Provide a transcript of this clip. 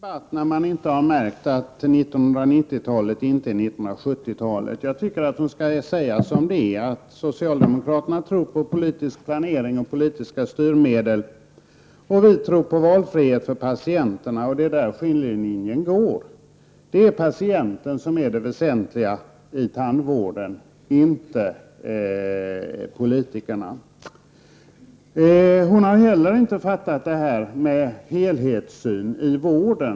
Herr talman! Det behövs en debatt när socialdemokraterna inte har märkt att 1990-talet inte är 1970-talet. Jag tycker att Christina Pettersson bör säga som det är, nämligen att socialdemokraterna tror på politisk planering och politiska styrmedel. Vi däremot tror på valfrihet för patienterna. Det är där skiljelinjen går. Det är patienterna som är det väsentliga i tandvården, inte politikerna. Christina Pettersson har inte heller fattat detta med helhetssyn i vården.